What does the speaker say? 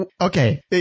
Okay